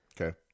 Okay